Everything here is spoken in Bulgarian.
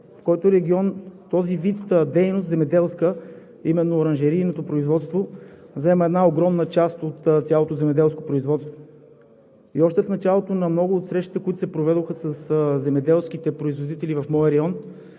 в който регион този вид земеделска дейност – именно оранжерийното производство, заема една огромна част от цялото земеделско производство. Още в началото на много от срещите, които се проведоха със земеделските производители в моя район,